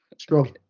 Strong